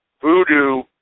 Voodoo